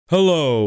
Hello